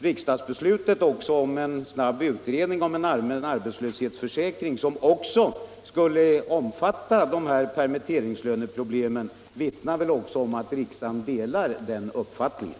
Riksdagsbeslutet om en snabb utredning om en allmän arbetslöshetsförsäkring som också skulle omfatta permitteringslön vittnar väl om att riksdagen delar den uppfattningen.